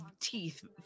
teeth